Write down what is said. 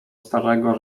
starego